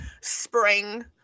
spring